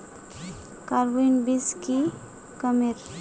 Carbine बीस की कमेर?